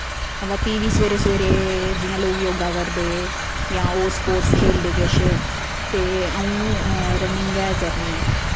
हां बा फ्ही बी सवेरे सवेरे जि'यां लोक योग करदे जां और स्पोर्ट्स खेढदे किश ते अ'ऊं रनिंग गै करनी